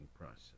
process